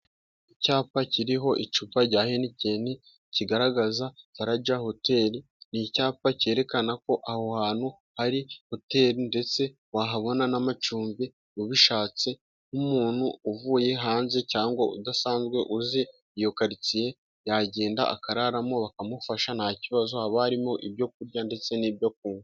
Icyapa kiriho icupa rya henikeni kigaragaza faraja hoteli ni icyapa cyerekana ko aho hantu hari hoteli ndetse wahabona n'amacumbi ubishatse nk'umuntu uvuye hanze cyangwa udasanzwe uzi iyo karitsiye yagenda akararamo bakamufasha nta kibazo haba harimo ibyo kurya ndetse n'ibyo kunywa.